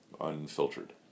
unfiltered